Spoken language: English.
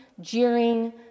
jeering